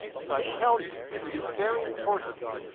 so i tell you it is very important